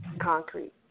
concrete